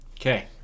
Okay